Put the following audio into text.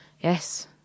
Yes